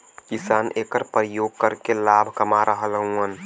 किसान एकर परियोग करके लाभ कमा रहल हउवन